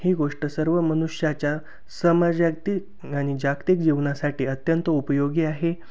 ही गोष्ट सर्व मनुष्याच्या समाजाक्तिक आणि जागतिक जीवनासाठी अत्यंत उपयोगी आहे